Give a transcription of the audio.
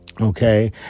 Okay